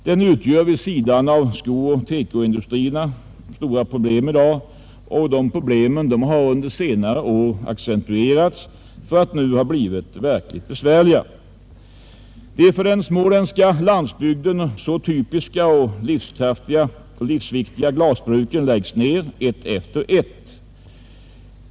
Den utgör vid sidan av skooch TEKO-industrierna ett stort problem i dag, och detta problem har under senare år accentuerats för att nu ha blivit verkligt besvärligt. De för den småländska landsbygden så typiska och livsviktiga glasbruken läggs ned ett efter ett.